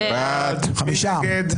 מי נגד?